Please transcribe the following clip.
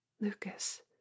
Lucas